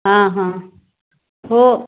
हां हां हो